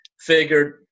figured